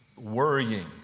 worrying